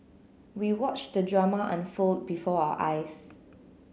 we watched the drama unfold before our eyes